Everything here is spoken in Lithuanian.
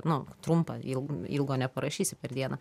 nu trumpą il ilgo neparašysi per dieną